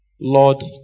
Lord